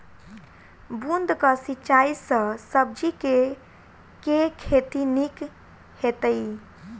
बूंद कऽ सिंचाई सँ सब्जी केँ के खेती नीक हेतइ?